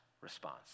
response